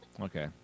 Okay